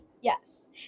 Yes